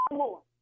more